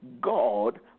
God